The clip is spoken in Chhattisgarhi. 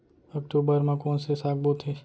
अक्टूबर मा कोन से साग बोथे?